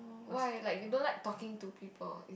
why like you don't like talking to people